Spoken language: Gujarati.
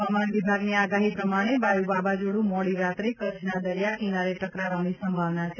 હવામાન વિભાગની આગાહી પ્રમાણે વાયુ વાવાઝોડુ મોડી રાત્રે કચ્છના દરિયાકિનારે ટકરાવાની સંભાવના છે